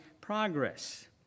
progress